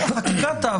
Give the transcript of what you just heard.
אני אדבר